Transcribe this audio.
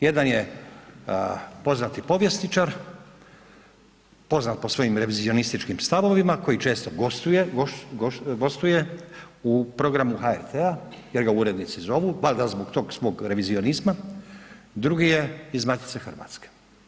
Jedan je poznati povjesničar, poznat po svojim revizionističkim stavovima koji često gostuje u programu HRT-a jer ga urednici zovu, valjda zbog tog svog revizionizma, drugi je iz Matice Hrvatske.